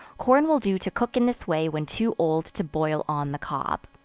corn will do to cook in this way when too old to boil on the cob.